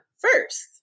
first